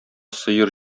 сыер